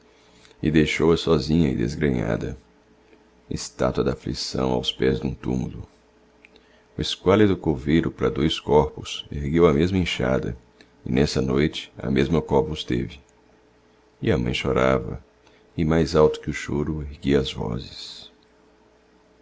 e deixou-a sozinha e desgrenhada estátua da aflição aos pés dum túmulo o esquálido coveiro pra dois corpos ergueu a mesma enxada e nessa noite a mesma cova os teve e a mãe chorava e mais alto que o choro erguia as vozes